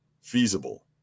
feasible